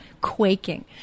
quaking